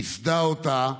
ומיסד אותה.